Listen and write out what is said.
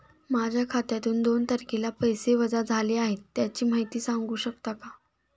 माझ्या खात्यातून दोन तारखेला पैसे वजा झाले आहेत त्याची माहिती सांगू शकता का?